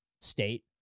state